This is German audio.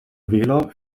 wähler